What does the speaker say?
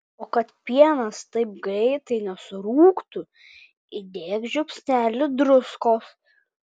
o kad pienas taip greitai nesurūgtų įdėk žiupsnelį druskos